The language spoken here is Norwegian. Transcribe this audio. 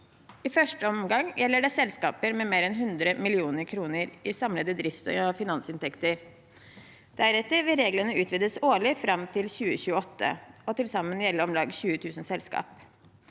I første omgang gjelder det selskaper med mer enn 100 mill. kr i samlede drifts- og finansinntekter. Deretter vil reglene utvides årlig fram til 2028 og til sammen gjelde om lag 20 000 selskaper.